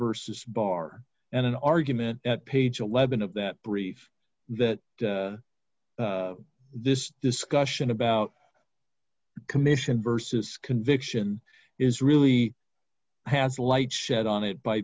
versus bar and an argument at page eleven of that brief that this discussion about commission versus conviction is really has light shed on it by